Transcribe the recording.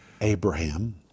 Abraham